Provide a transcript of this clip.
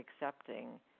accepting